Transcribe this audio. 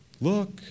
look